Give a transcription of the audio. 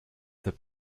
their